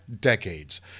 decades